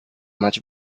much